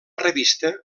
revista